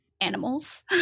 animals